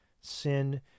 Sin